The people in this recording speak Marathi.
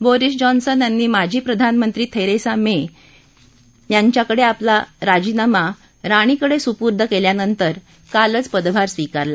बोरिस जॉन्सन यांनी माजी प्रधानमंत्री थेरेसा मे यांनी आपला राजीनामा राणीकडे सुपुर्द केल्यानंतर काल आपला पदभार स्विकारला